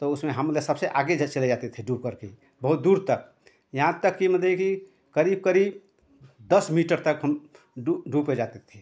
तो उसमें हम मतलब सबसे आगे जस चले जाते थे डूब कर के बहुत दूर तक यहाँ तक कि मतलब कि करीब करीब दस मीटर तक हम डूबकर जाते थे